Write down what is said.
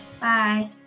Bye